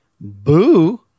Boo